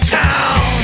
town